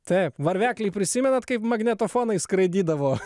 taip varvekli prisimenat kaip magnetofonai skraidydavo